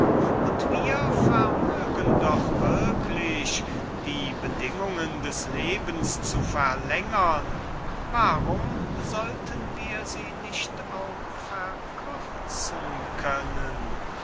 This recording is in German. und wir vermögen doch wirklich die bedingungen des lebens zu verlängern warum sollten wir sie nicht auch verkürzen können